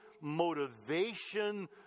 motivation